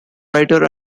writer